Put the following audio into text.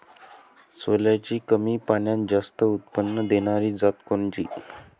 सोल्याची कमी पान्यात जास्त उत्पन्न देनारी जात कोनची?